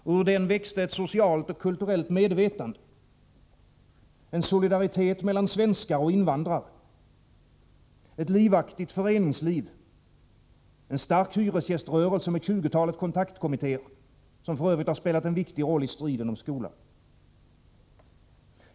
Och ur den växte ett socialt och kulturellt medvetande, en solidaritet mellan svenskar och invandrare, ett livaktigt föreningsliv och en stark hyresgäströrelse med tjugotalet kontaktkommittéer, som f.ö. har spelat en viktig roll i striden om skolan.